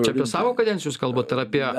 čia apie savo kadenciją jūs kalbat ar apie